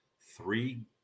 three